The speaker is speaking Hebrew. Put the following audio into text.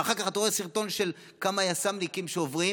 ואחר כך אתה רואה סרטון של כמה יסמ"ניקים שעוברים,